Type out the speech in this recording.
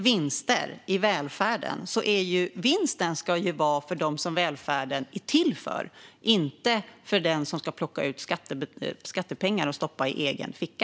Vinster i välfärden ska vara för dem som välfärden är till för, inte för dem som ska plocka ut skattepengar och stoppa i egen ficka.